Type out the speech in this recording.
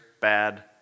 bad